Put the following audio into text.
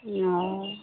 ओऽ